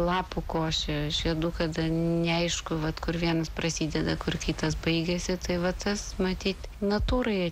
lapų košė žiedų kad neaišku vat kur vienas prasideda kur kitas baigėsi tai va tas matyt natūroje